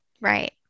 Right